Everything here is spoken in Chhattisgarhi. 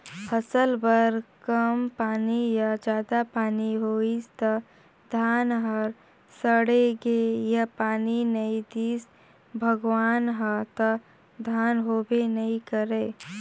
फसल बर कम पानी या जादा पानी होइस त धान ह सड़गे या पानी नइ दिस भगवान ह त धान होबे नइ करय